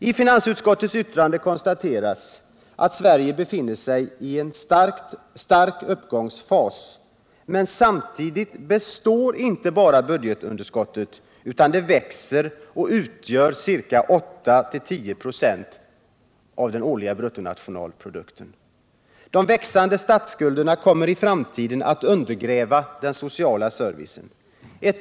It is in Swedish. I finansutskottets betänkande konstateras, att Sverige befinner sig i en stark uppgångsfas, men samtidigt är det så att budgetunderskottet inte bara består utan växer och f. n. utgör ca 8-10 96 av BNP. De växande statsskulderna kommer i framtiden att undergräva den sociala servicen.